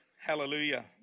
Hallelujah